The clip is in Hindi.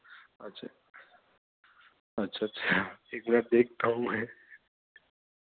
अच्छा अच्छा एक मिनट देखता हूँ मैं